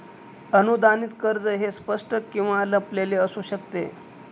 अनुदानित कर्ज हे स्पष्ट किंवा लपलेले असू शकते